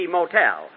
Motel